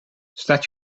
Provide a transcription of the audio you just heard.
staat